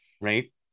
right